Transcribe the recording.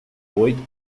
oito